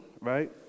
right